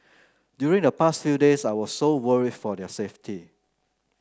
during the past few days I was so worried for their safety